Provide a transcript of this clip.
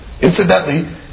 Incidentally